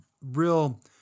real